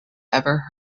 ever